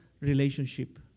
relationship